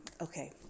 Okay